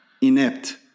inept